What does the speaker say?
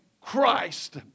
Christ